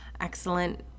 excellent